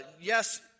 Yes